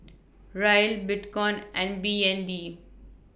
Riel Bitcoin and B N D